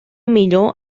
millor